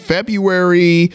February